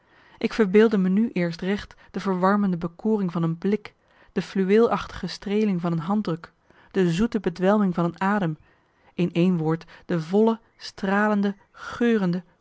ik verbeeldde me nu eerst recht de verwarmende bekoring van een blik de fluweelachtige streeling van een handdruk de zoete bedwelming van een adem in één woord de volle stralende geurende